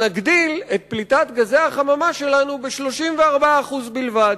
אנחנו נגדיל את פליטת גזי החממה שלנו ב-34% בלבד.